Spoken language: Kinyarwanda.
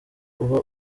uba